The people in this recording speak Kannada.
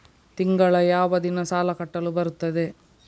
ತಿಂಗಳ ಯಾವ ದಿನ ಸಾಲ ಕಟ್ಟಲು ಬರುತ್ತದೆ?